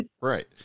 Right